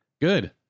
good